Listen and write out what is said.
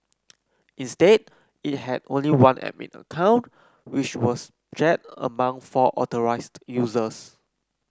instead it had only one admin account which was shared among four authorised users